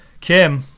Kim